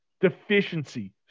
deficiency